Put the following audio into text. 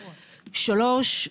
שלוש,